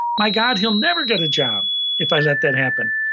my god, he'll never get a job if i let that happen.